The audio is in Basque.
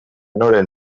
noren